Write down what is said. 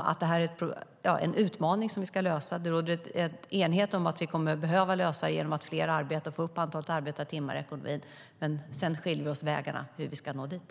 att det finns en utmaning att lösa. Det råder enighet om att vi kommer att behöva lösa utmaningen genom att fler arbetar och ökar antalet arbetade timmar i ekonomin, men sedan skiljer sig vägarna för hur vi ska nå dit.